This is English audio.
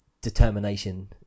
determination